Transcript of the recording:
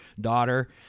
daughter